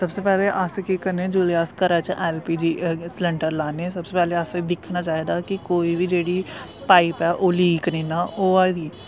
सबसे पैहले अस केह् करने जिल्लै अस घरा च एलपीजी सिलेंडर लाने सबसे पैहले असें दिक्खना चाहिदा कि कोई बी जेह्ड़ी पाइप ऐ ओह् लीक निं ना होआ दी